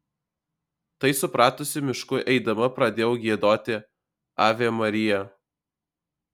tai supratusi mišku eidama pradėjau giedoti ave maria